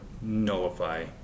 nullify